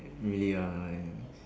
really ah I